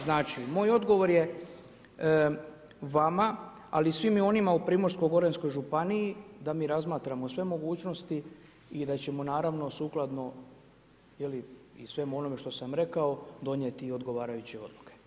Znači, moj odgovor je vama, ali i svim onima u Primorskom goranskoj županiji, da mi razmatramo sve mogućnosti i da ćemo naravno sukladno, svemu onome što sam rekao donijeti odgovarajuće odluke.